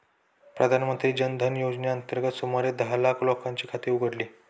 प्रधानमंत्री जन धन योजनेअंतर्गत सुमारे दहा लाख लोकांची खाती उघडली